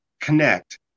connect